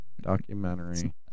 Documentary